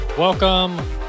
Welcome